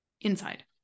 inside